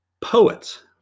Poets